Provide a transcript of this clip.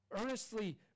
Earnestly